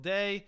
Day